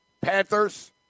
Panthers